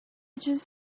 just